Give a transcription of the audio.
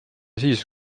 siis